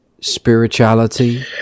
spirituality